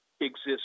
exists